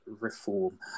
reform